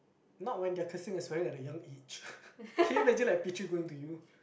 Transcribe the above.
not when they're cursing and swearing at a young age can you imagine like a P-three going to you